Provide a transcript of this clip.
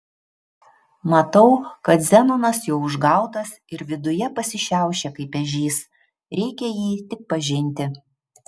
matau kad zenonas jau užgautas ir viduje pasišiaušė kaip ežys reikia jį tik pažinti